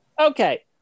Okay